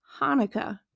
Hanukkah